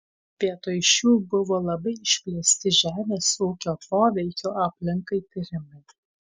vietoj šių buvo labai išplėsti žemės ūkio poveikio aplinkai tyrimai